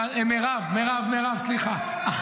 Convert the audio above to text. אבל מירב, מירב, סליחה.